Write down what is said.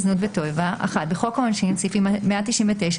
זנות ותועבה בחוק העונשין - סעיפים 199,